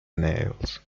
nails